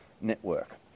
Network